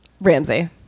Ramsey